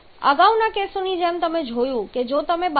અગાઉના કેસની જેમ તમે જોયું છે કે જો તમે 12